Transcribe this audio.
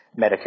Medicare